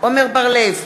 עמר בר-לב,